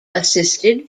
assisted